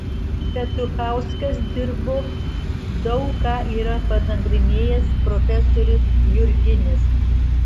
petuchauskas dirbo daug ką yra panagrinėjęs profesorius jurginis